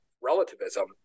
relativism